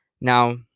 Now